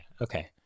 Okay